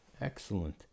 Excellent